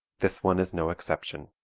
this one is no exception.